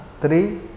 Three